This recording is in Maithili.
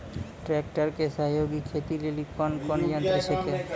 ट्रेकटर के सहयोगी खेती लेली कोन कोन यंत्र छेकै?